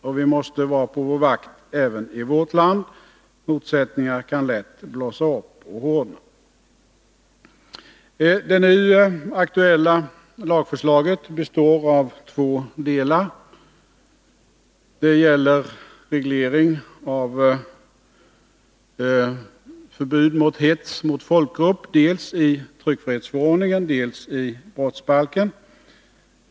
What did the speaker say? Och vi måste vara på vår vakt även i vårt land. Motsättningar kan lätt blossa upp och hårdna. Det nu aktuella lagförslaget består av två delar. Det gäller reglerna för hets mot folkgrupp dels i tryckfrihetsförordningen, dels i brottsbalken.